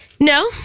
No